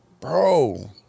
Bro